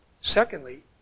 Secondly